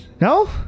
No